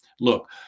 Look